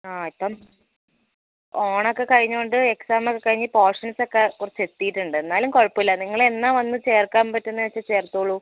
ആ ഇപ്പം ഓണം ഒക്കെ കഴിഞ്ഞതുകൊണ്ട് എക്സാം ഒക്കെ കഴിഞ്ഞ് പോർഷൻസ് ഒക്കെ കുറച്ച് എത്തിയിട്ടുണ്ട് എന്നാലും കുഴപ്പമില്ല നിങ്ങൾ എന്നാൽ വന്ന് ചേർക്കാൻ പറ്റുന്നതെന്ന് വെച്ചാൽ ചേർത്തോളൂ